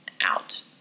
out